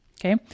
okay